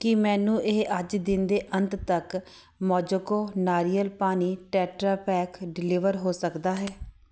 ਕੀ ਮੈਨੂੰ ਇਹ ਅੱਜ ਦਿਨ ਦੇ ਅੰਤ ਤੱਕ ਮੋਜੋਕੋ ਨਾਰੀਅਲ ਪਾਣੀ ਟੈਟਰਾਪੈਕ ਡਿਲੀਵਰ ਹੋ ਸਕਦਾ ਹੈ